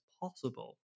possible